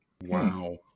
Wow